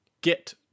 get